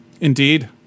Indeed